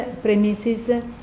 premises